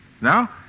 Now